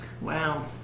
Wow